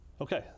Okay